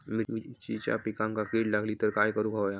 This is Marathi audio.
मिरचीच्या पिकांक कीड लागली तर काय करुक होया?